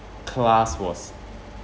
class was